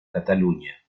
cataluña